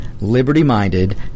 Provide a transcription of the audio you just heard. liberty-minded